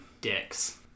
Dicks